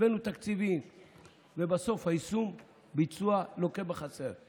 הבאנו תקציבים, ובסוף היישום והביצוע לוקים בחסר.